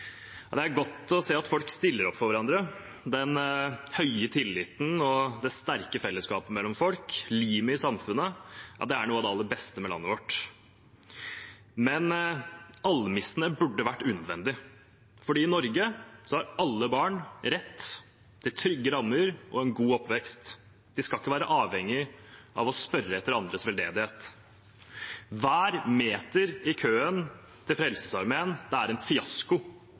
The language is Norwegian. Det er godt å se at folk stiller opp for hverandre. Den høye tilliten og det sterke fellesskapet mellom folk, limet i samfunnet, er noe av det aller beste med landet vårt. Men almissene burde vært unødvendig, for i Norge har alle barn rett til trygge rammer og en god oppvekst. De skal ikke være avhengig av å spørre etter andres veldedighet. Hver meter i køen til Frelsesarmeen er en fiasko